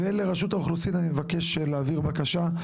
ולרשות האוכלוסין אני מבקש להעביר בקשה,